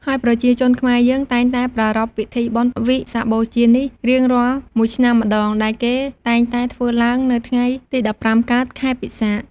ហើយប្រជាជនខ្មែរយើងតែងតែប្រារព្ធពិធីបុណ្យវិសាខបូជានេះរៀងរាល់មួយឆ្នាំម្តង ដែលគេតែងតែធ្វើឡើងនៅថ្ងៃទី ១៥កើត ខែពិសាខ។